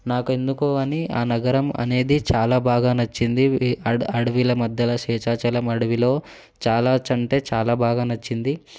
నాకు ఎందుకో అని ఆ నగరం అనేది చాలా బాగా నచ్చింది అడ అడవిలో మధ్యలో శేషాచలం అడవిలో చాలా అంటే చాలా బాగా నచ్చింది